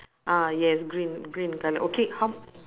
ah yes green green colour okay how